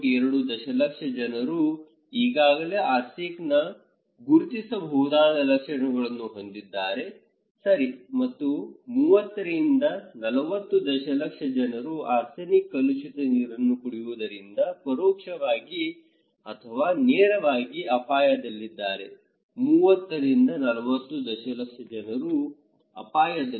2 million ಜನರು ಈಗಾಗಲೇ ಆರ್ಸೆನಿಕ್ನ ಗುರುತಿಸಬಹುದಾದ ಲಕ್ಷಣಗಳನ್ನು ಹೊಂದಿದ್ದಾರೆ ಸರಿ ಮತ್ತು 30 ರಿಂದ 40 ಮಿಲಿಯನ್ ಜನರು ಆರ್ಸೆನಿಕ್ ಕಲುಷಿತ ನೀರನ್ನು ಕುಡಿಯುವುದರಿಂದ ಪರೋಕ್ಷವಾಗಿ ಅಥವಾ ನೇರವಾಗಿ ಅಪಾಯದಲ್ಲಿದ್ದಾರೆ 30 ರಿಂದ 40 ಮಿಲಿಯನ್ ಜನರು ಅಪಾಯದಲ್ಲಿದ್ದಾರೆ